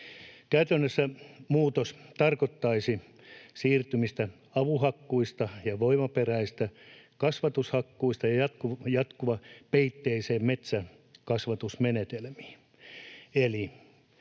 Käytännössä muutos tarkoittaisi siirtymistä avohakkuista ja voimaperäisistä kasvatushakkuista jatkuvapeitteisen metsänkasvatuksen menetelmiin.